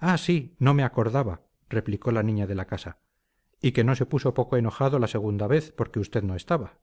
ah sí no me acordaba replicó la niña de la casa y que no se puso poco enojado la segunda vez porque usted no estaba